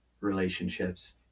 relationships